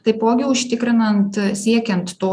taipogi užtikrinant siekiant to